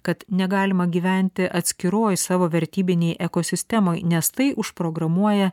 kad negalima gyventi atskiroj savo vertybinėj ekosistemoj nes tai užprogramuoja